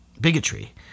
bigotry